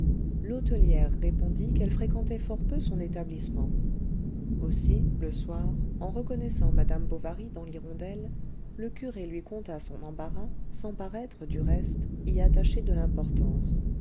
l'hôtelière répondit qu'elle fréquentait fort peu son établissement aussi le soir en reconnaissant madame bovary dans l'hirondelle le curé lui conta son embarras sans paraître du reste y attacher de l'importance